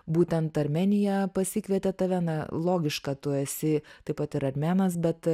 būtent armėnija pasikvietė tave na logišką tu esi taip pat ir armėnas bet